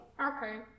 Okay